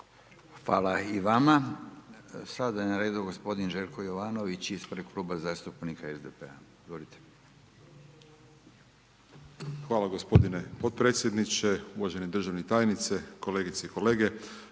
Hvala i vama. Sada je na redu gospodin Željko Jovanović ispred Kluba zastupnika SDP-a, izvolite. **Jovanović, Željko (SDP)** Hvala gospodine potpredsjedniče, uvaženi državni tajniče, kolegice i kolege.